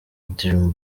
dream